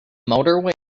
motorway